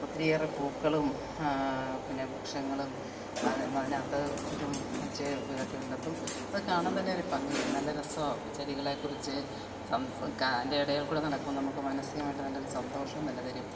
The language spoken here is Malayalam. ഒത്തിരിയേറെ പൂക്കളും പിന്നെ വൃക്ഷങ്ങളും അത് അതിനാത്ത് ഇതും ചെ ഇതൊക്കെയുണ്ട് അപ്പോള് അത് കാണാൻതന്നെ ഭംഗിയാണ് നല്ല രസമാണ് ചെടികളെ കുറിച്ച് സംസ് കാ അതിൻ്റെ ഇടയിൽക്കൂടെ നടക്കുമ്പോള് നമുക്ക് മാനസികമായിട്ട് നല്ലൊരു സന്തോഷവും തന്നെ തരും